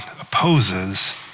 opposes